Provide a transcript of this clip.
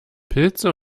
pilze